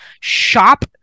shop